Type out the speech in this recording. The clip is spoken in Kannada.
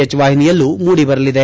ಎಚ್ ವಾಹಿನಿಯಲ್ಲೂ ಮೂಡಿಬರಲಿದೆ